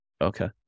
Okay